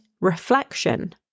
reflection